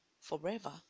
forever